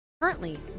Currently